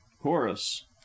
chorus